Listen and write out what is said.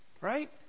Right